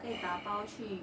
可以打包去